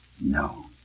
No